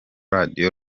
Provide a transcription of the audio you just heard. radio